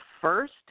first